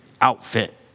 outfit